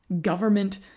government